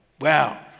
Wow